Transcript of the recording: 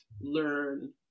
learn